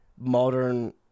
modern